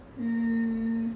mm